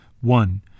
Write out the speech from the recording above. One